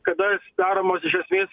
kada sudaromos iš esmės